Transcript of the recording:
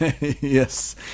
Yes